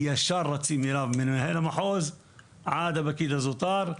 ישר רצים אליו מנהל המחוז עד הפקיד הזוטר,